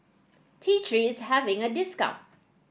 T Three is having a discount